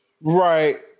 Right